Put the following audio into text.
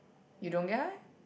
you don't get high